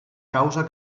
causa